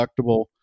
deductible